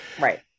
Right